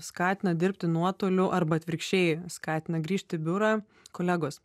skatina dirbti nuotoliu arba atvirkščiai skatina grįžt į biurą kolegos